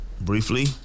briefly